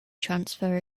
transfer